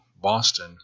Boston